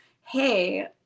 hey